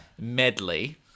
medley